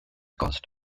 caused